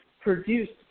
produced